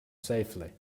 safely